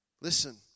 Listen